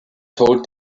told